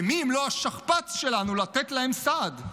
ומי אם לא השכפ"ץ שלנו לתת להם סעד?